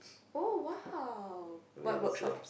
oh !wow! what workshops